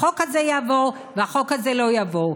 שהחוק הזה יעבור והחוק הזה לא יעבור.